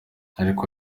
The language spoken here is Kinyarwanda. ariko